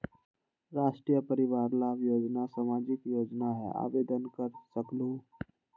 राष्ट्रीय परिवार लाभ योजना सामाजिक योजना है आवेदन कर सकलहु?